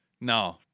No